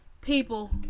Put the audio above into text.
People